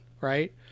right